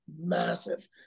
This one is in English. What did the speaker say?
massive